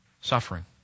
suffering